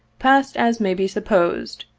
passed as may be supposed,